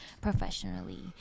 professionally